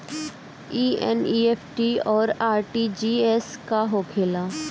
ई एन.ई.एफ.टी और आर.टी.जी.एस का होखे ला?